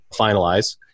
finalize